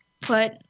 put